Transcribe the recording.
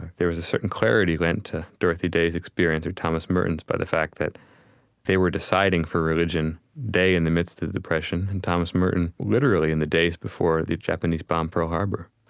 there was a certain clarity lent to dorothy day's experience or thomas merton's by the fact that they were deciding for religion day in the midst of depression and thomas merton literally in the days before the japanese bombed pearl harbor.